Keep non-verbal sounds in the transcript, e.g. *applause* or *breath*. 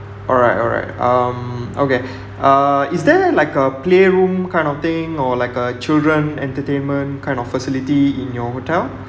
alright alright um okay *breath* uh is there like a playroom kind of thing or like a children entertainment kind of facility in your hotel